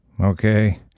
okay